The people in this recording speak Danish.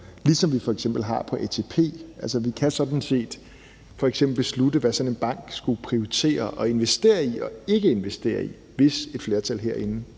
ligesom vi f.eks. har på atp. Vi kan f.eks. beslutte, hvad sådan en bank skulle prioritere at investere i eller ikke investere i, hvis et flertal herinde